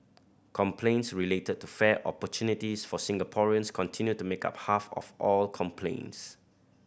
complaints related to fair opportunities for Singaporeans continue to make up half of all complaints